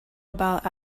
about